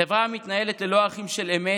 חברה המתנהלת ללא ערכים של אמת,